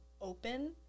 open